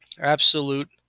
Absolute